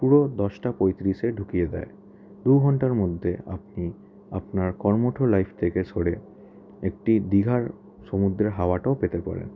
পুরো দশটা পঁয়ত্রিশে ঢুকিয়ে দেয় দু ঘন্টার মধ্যে আপনি আপনার কর্মঠ লাইফ থেকে সরে একটি দীঘার সমুদ্রের হাওয়াটাও পেতে পারেন